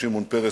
שמעון פרס,